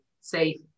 safe